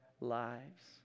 lives